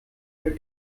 her